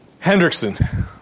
Hendrickson